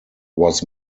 was